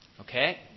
Okay